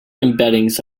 embeddings